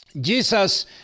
Jesus